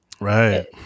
right